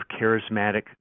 charismatic